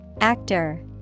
Actor